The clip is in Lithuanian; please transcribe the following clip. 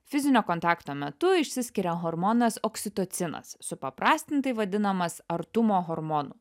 fizinio kontakto metu išsiskiria hormonas oksitocinas supaprastintai vadinamas artumo hormonu